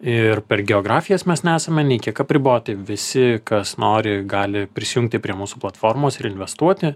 ir per geografijas mes nesame nei kiek apriboti visi kas nori gali prisijungti prie mūsų platformos ir investuoti